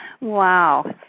Wow